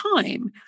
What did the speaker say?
time